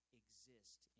exist